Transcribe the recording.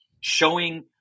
showing